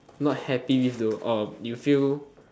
not happy with though or you feel